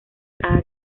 cada